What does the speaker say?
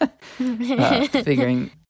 figuring